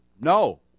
no